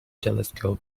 telescope